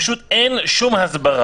פשוט אין הסברה.